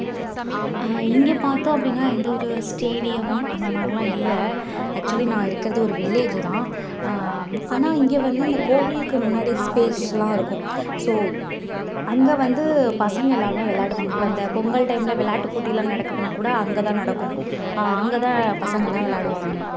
இங்கே பார்த்தோம் அப்படின்னா எந்த ஒரு ஸ்டேடியம் அந்தமாரிதிலாம் இல்லை ஆக்சுவலி நான் இருக்கிறது ஒரு வில்லேஜி தான் ஆனால் இங்கே வந்து இந்த கோவிலுக்கு முன்னாடியே ஸ்பேஸ்லாம் இருக்கும் ஸோ அங்கே வந்து பசங்க எல்லாருமே விளாடுவாங்க இப்போ இந்த பொங்கல் டைமில் விளாட்டுப் போட்டிலாம் நடக்குதுனால் கூட அங்கே தான் நடக்கும் அங்கே தான் பசங்களாம் விளாடுவாங்க